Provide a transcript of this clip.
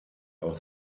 auch